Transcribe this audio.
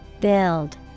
Build